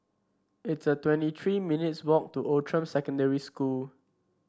it's about twenty three minutes' walk to Outram Secondary School